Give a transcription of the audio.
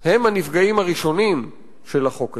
הם הנפגעים הראשונים של החוק הזה.